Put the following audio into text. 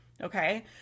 Okay